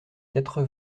quatre